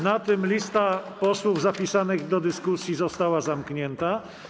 Na tym lista posłów zapisanych do dyskusji została zamknięta.